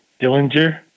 Dillinger